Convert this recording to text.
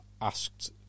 asked